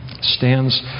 stands